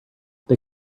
they